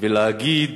ולהגיד